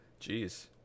Jeez